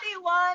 one